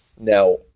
Now